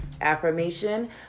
affirmation